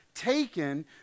taken